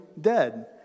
dead